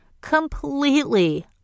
completely